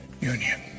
union